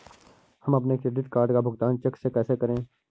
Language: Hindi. हम अपने क्रेडिट कार्ड का भुगतान चेक से कैसे करें?